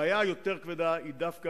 הבעיה היותר-כבדה היא דווקא